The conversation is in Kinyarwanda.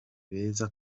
beza